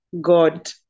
God